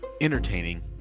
entertaining